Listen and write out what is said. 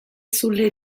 sulle